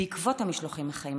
בעקבות המשלוחים החיים.